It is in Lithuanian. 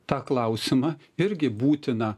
tą klausimą irgi būtina